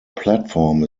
platform